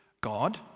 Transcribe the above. God